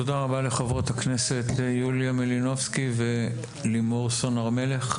תודה רבה לחברות הכנסת יוליה מלינובסקי ולימור סון הר מלך.